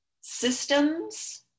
systems